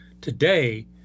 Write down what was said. today